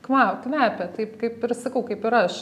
kva kvepia taip kaip ir sakau kaip ir aš